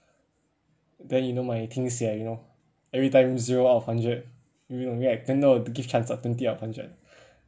then you know my 听写 you know everytime zero out of hundred maybe no maybe I ten out of give chance ah twenty out of hundred